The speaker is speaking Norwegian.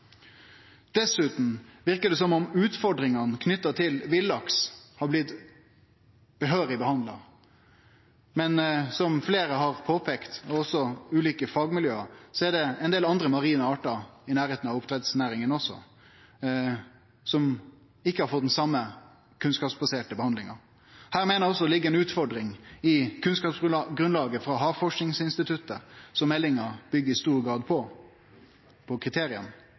Dessutan verkar det som om utfordringane knytte til villaks har blitt tilbørleg behandla. Men som fleire har påpeikt, også ulike fagmiljø, er det ein del andre marine artar i nærleiken av oppdrettsnæringa også som ikkje har fått den same kunnskapsbaserte behandlinga. Her meiner eg det ligg ei utfordring i kunnskapsgrunnlaget frå Havforskingsinstituttet, som meldinga i stor grad byggjer kriteria på.